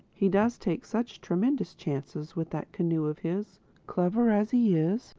he does take such tremendous chances with that canoe of his clever as he is.